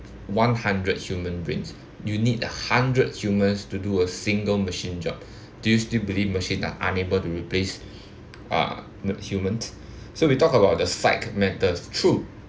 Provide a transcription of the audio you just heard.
one hundred human brains you need a hundred humans to do a single machine job do you still believe machine are unable to replace uh humans so we talked about the psych matters true